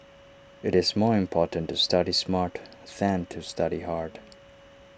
IT is more important to study smart than to study hard